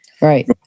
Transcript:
Right